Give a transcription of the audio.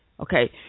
Okay